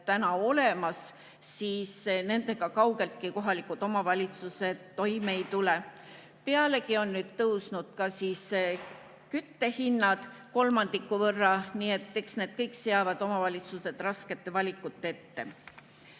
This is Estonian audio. täna olemas, kaugeltki kohalikud omavalitsused toime ei tule. Pealegi on nüüd tõusnud ka küttehinnad kolmandiku võrra. Eks see kõik seab omavalitsused raskete valikute ette.